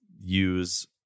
use